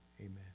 Amen